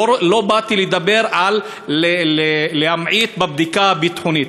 לא באתי לדבר על להמעיט בבדיקה הביטחונית